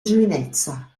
giovinezza